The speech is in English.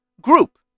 group